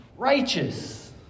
righteous